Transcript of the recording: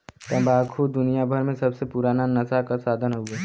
तम्बाकू दुनियाभर मे सबसे पुराना नसा क साधन हउवे